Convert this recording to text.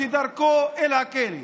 שדרכו אל הכלא.